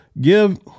give